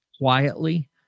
quietly